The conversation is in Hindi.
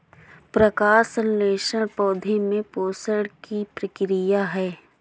प्रकाश संश्लेषण पौधे में पोषण की प्रक्रिया है